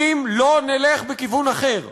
אם לא נלך בכיוון אחר,